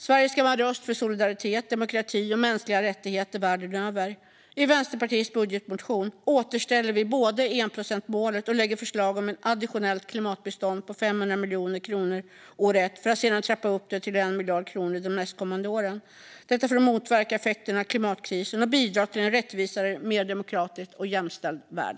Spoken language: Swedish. Sverige ska vara en röst för solidaritet, demokrati och mänskliga rättigheter världen över. I Vänsterpartiets budgetmotion återställer vi enprocentsmålet och lägger fram förslag om ett additionellt klimatbistånd på 500 miljoner kronor år ett för att sedan trappa upp det till 1 miljard kronor de nästkommande åren, detta för att motverka effekterna av klimatkrisen och bidra till en rättvisare, mer demokratisk och mer jämställd värld.